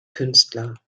künstler